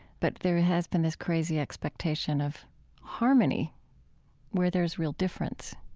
but there has been this crazy expectation of harmony where there's real difference